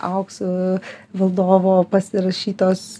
auksu valdovo pasirašytos